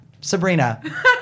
Sabrina